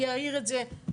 אני אעיר את זה לכולם.